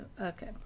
Okay